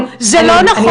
לא, זה לא נכון.